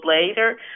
later